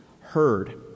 heard